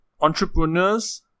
Entrepreneurs